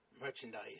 merchandise